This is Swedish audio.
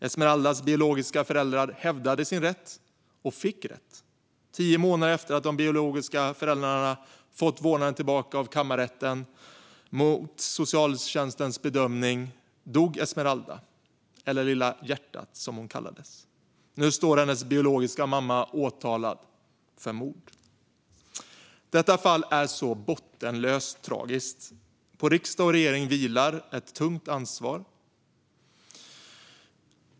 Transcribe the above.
Esmeraldas biologiska föräldrar hävdade sin rätt och fick rätt. Tio månader efter att de biologiska föräldrarna hade fått tillbaka vårdnaden av kammarrätten, i strid mot socialtjänstens bedömning, dog Esmeralda, eller Lilla hjärtat som hon kallades. Nu står hennes biologiska mamma åtalad för mord. Detta fall är så bottenlöst tragiskt. På riksdag och regering vilar ett tungt ansvar.